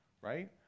right